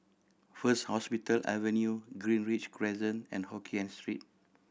First Hospital Avenue Greenridge Crescent and Hokkien Street